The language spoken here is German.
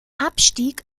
abstieg